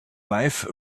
life